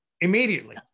immediately